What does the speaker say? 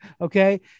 Okay